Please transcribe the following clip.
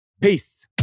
Peace